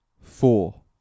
four